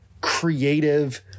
creative